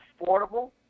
affordable